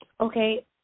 okay